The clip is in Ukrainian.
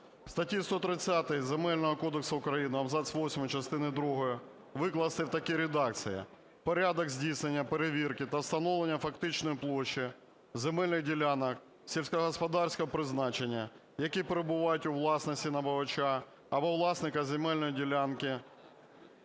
кодексу України абзац восьмий частини другої викласти в такій редакції: "Порядок здійснення перевірки для встановлення фактичної площі земельних ділянок сільськогосподарського призначення, які перебувають у власності набувача або власника земельної ділянки,